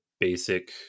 basic